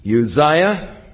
Uzziah